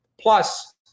plus